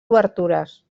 obertures